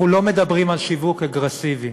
אנחנו לא מדברים על שיווק אגרסיבי,